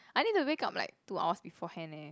I need to wake up like two hours beforehand eh